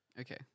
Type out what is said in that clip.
Okay